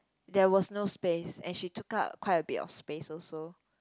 there was no space and she took out quite a bit of space also